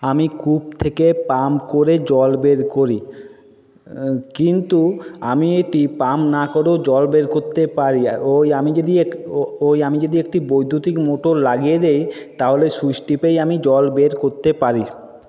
আমি কূপ থেকে পাম্প করে জল বের করি কিন্তু আমি এটি পাম্প না করেও জল বের করতে পারি ওই আমি যদি ওই আমি যদি একটি বৈদ্যুতিক মোটর লাগিয়ে দেই তা হলে সুইচ টিপেই আমি জল বের করতে পারি